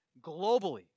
globally